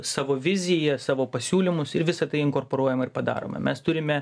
savo viziją savo pasiūlymus ir visa tai inkorporuojama ir padaroma mes turime